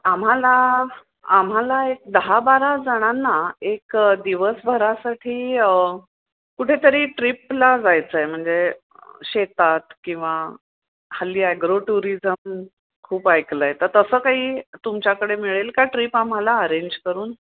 आम्हाला आम्हाला एक दहा बारा जणांना एक दिवसभरासाठी कुठेतरी ट्रिपला जायचं आहे म्हणजे शेतात किंवा हल्ली ॲग्रो टुरिजम खूप ऐकलं आहे तर तसं काही तुमच्याकडे मिळेल का ट्रीप आम्हाला अरेंज करून